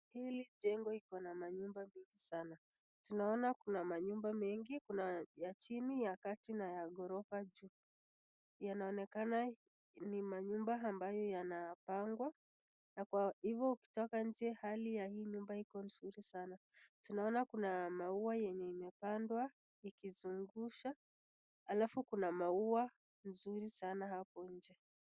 Hili jengo ina majumba mingi sana. Tunaona kuna manyumba chini, kati na magorofa juu. Ni manyumba ambayo yanapangwa na hali ya nje nyumba hizi iko nzuri sana. Alafu kuna maua yaliyopandwa ikizungusha na inakaa nzuri sana hapo nje.